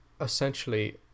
Essentially